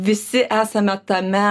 visi esame tame